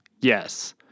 yes